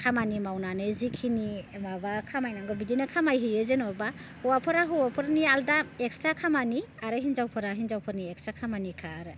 खामानि मावनानै जिखिनि माबा खामायनांगौ बिदिनो खामायहैयो जेन'बा हौवाफोरा हौवाफोरनि आलादा एक्स्ट्रा खामानि आरो हिन्जावफोरा हिन्जावफोरनि एक्स्ट्रा खामानिखा आरो